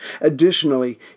Additionally